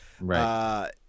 Right